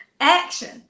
action